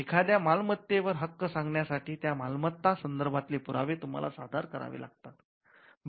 एखाद्या मालमत्तेवर हक्क सांगण्यासाठी त्या मालमत्ता संदर्भातले पुरावे तूम्हाला सादर करावे लागतात